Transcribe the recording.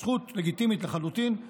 זכות לגיטימית לחלוטין,